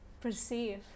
perceive